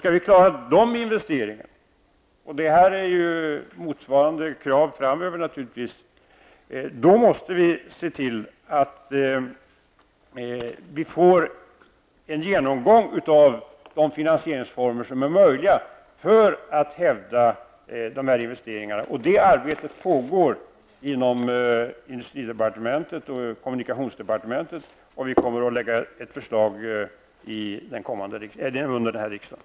Skall vi klara de investeringarna -- och det kommer naturligtvis att föreligga motsvarande krav framöver -- måste vi se till att vi får en genomgång av de finansieringsformer som är möjliga för att hävda de här investeringarna, och det arbetet pågår inom industridepartementet och kommunikationsdepartementet. Vi kommer att lägga fram ett förslag under den här riksdagen.